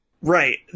Right